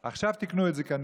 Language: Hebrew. עד כדי כך שאתה מגיע למצב,